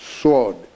sword